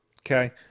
Okay